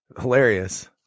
Hilarious